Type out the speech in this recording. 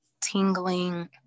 tingling